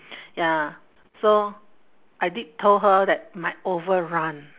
ya so I did told her that might overrun